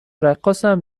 رقاصم